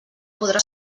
podrà